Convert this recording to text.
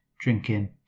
drinking